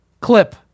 clip